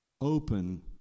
open